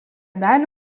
dalį